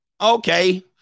Okay